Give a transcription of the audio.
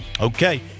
Okay